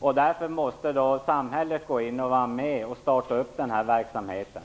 Således måste samhället gå in och vara med. Samhället måste alltså starta upp den här verksamheten.